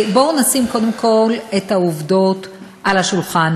בואו נשים קודם כול את העובדות על השולחן